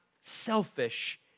selfish